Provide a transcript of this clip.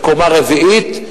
בקומה רביעית,